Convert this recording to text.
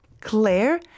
Claire